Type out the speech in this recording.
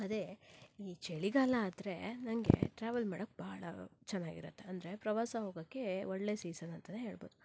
ಅದೇ ಈ ಚಳಿಗಾಲ ಆದರೆ ನನಗೆ ಟ್ರಾವಲ್ ಮಾಡಕ್ಕೆ ಬಹಳ ಚೆನ್ನಾಗಿರುತ್ತೆ ಅಂದರೆ ಪ್ರವಾಸ ಹೋಗಕ್ಕೆ ಒಳ್ಳೆ ಸೀಸನ್ ಅಂತಾನೇ ಹೇಳ್ಬೋದು